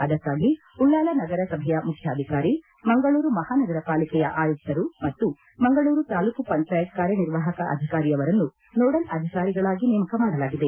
ಅದಕ್ಕಾಗಿ ಉಳ್ಳಾಲ ನಗರ ಸಭೆಯ ಮುಖ್ಯಾಧಿಕಾರಿ ಮಂಗಳೂರು ಮಹಾ ನಗರಪಾಲಿಕೆಯ ಆಯುಕ್ತರು ಮತ್ತು ಮಂಗಳೂರು ತಾಲೂಕು ಪಂಚಾಯತ್ ಕಾರ್ಯನಿರ್ವಾಹಕ ಅಧಿಕಾರಿಯವರನ್ನು ನೋಡಲ್ ಅಧಿಕಾರಿಗಳಾಗಿ ನೇಮಕ ಮಾಡಲಾಗಿದೆ